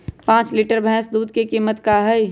पाँच लीटर भेस दूध के कीमत का होई?